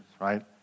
right